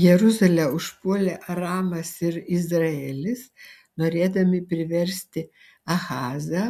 jeruzalę užpuolė aramas ir izraelis norėdami priversti ahazą